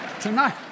Tonight